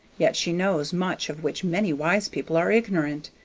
yet she knows much of which many wise people are ignorant,